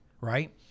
Right